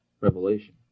revelation